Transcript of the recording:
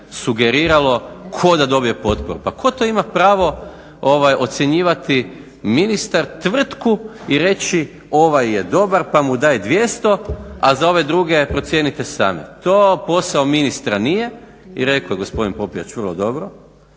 sugeriralo tko da dobije potporu. Pa tko to ima pravo ocjenjivati ministar tvrtku i reći ovaj je dobar pa mu daj 200, a za ove druge procijenite sami. To posao ministra nije i rekao je gospodin Popijač vrlo dobro.